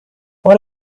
what